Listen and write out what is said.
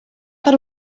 per